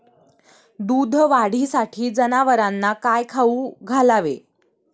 दूध वाढीसाठी जनावरांना काय खाऊ घालावे?